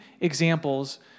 examples